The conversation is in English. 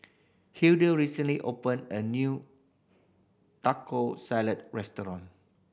Hilda recently opened a new Taco Salad Restaurant